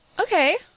Okay